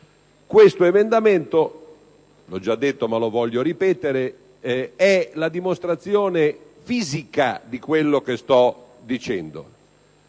L'emendamento 2.14 (l'ho già detto, ma lo voglio ripetere) è la dimostrazione fisica di quello che sto dicendo.